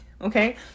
Okay